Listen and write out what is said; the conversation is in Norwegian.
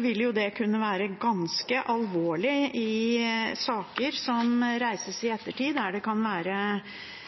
vil det kunne være ganske alvorlig i saker som reises i ettertid, der det kan være